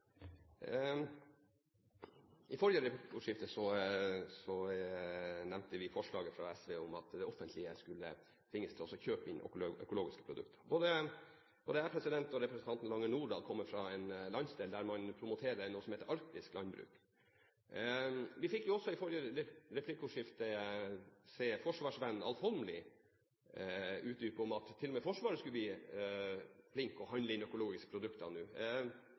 I forrige replikkordskifte nevnte vi forslaget fra SV om at det offentlige skulle tvinges til å kjøpe inn økologiske produkter. Både jeg og representanten Lange Nordahl kommer fra en landsdel der man promoterer noe som heter arktisk landbruk. Vi fikk også i forrige replikkordskifte se forsvarsvennen Alf Egil Holmelid utdype at til og med Forsvaret skulle bli flink og handle inn økologiske produkter nå.